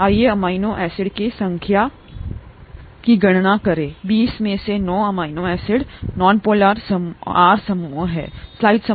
आइए amino acid की संख्या की गणना करें 20 में से नौ अमीनो एसिड हैं nonpolar आर समूहों